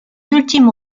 ultime